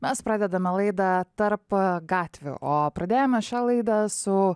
mes pradedame laidą tarp gatvių o pradėjome šią laidą su